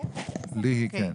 בבקשה.